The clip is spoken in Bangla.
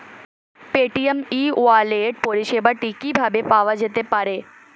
পেটিএম ই ওয়ালেট পরিষেবাটি কিভাবে পাওয়া যেতে পারে?